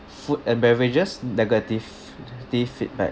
food and beverages negative feedback